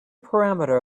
parameter